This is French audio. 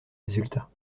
résultats